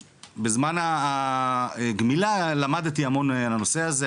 ובזמן הגמילה למדתי המון על הנושא הזה,